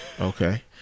okay